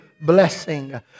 blessing